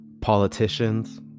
politicians